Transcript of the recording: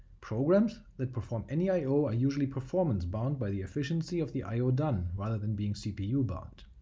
programs that perform any i o are usually performance bound by the efficiency of the i o done, rather than being cpu but